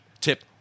tip